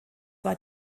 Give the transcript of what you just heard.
war